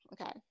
Okay